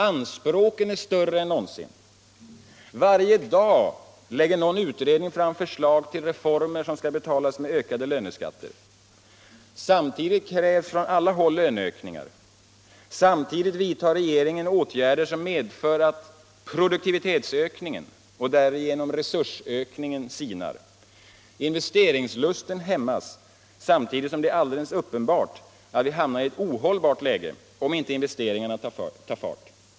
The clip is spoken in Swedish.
Anspråken är större än någonsin. Varje dag lägger någon utredning fram förslag till reformer som skall betalas med ökade löneskatter. Samtidigt krävs från alla håll löneökningar. Samtidigt vidtar regeringen åtgärder som medför att produktivitetsökningen och därigenom resursökningen sinar. Investeringslusten hämmas samtidigt som det är alldeles uppenbart att vi hamnar i ett ohållbart läge om inte investeringarna tar fart.